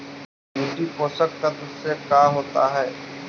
मिट्टी पोषक तत्त्व से का होता है?